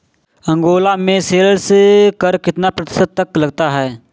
Angola में sales कर कितना प्रतिशत तक लगता है?